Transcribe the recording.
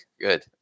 good